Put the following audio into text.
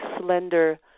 slender